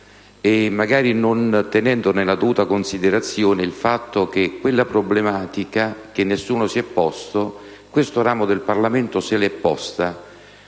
- non tenendo, forse, nella dovuta considerazione il fatto che quella problematica, che nessuno si è posto, questo ramo del Parlamento se l'è posta